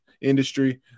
industry